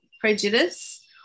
prejudice